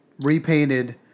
repainted